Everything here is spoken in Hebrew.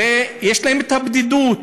הרי יש להם בדידות.